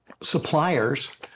suppliers